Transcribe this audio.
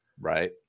right